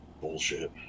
Bullshit